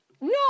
No